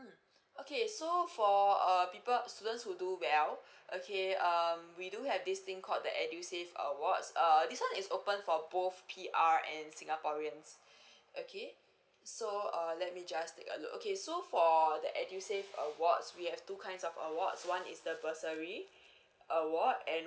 mm okay so for err people or the students who do well okay um we do have this thing called the edusave awards err this one is open for both P_R and singaporeans okay so err let me just take a look okay so for the edusave awards we have two kinds of awards one is the bursary award and